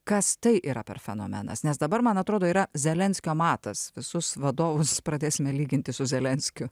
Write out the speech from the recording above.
kas tai yra per fenomenas nes dabar man atrodo yra zelenskio matas visus vadovus pradėsime lyginti su zelenskiu